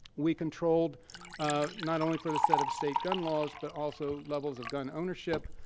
we controlled not only for the set of state gun laws, but also levels of gun ownership,